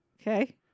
Okay